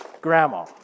grandma